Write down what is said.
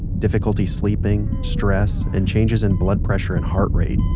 difficulty sleeping, stress and changes in blood pressure and heart rate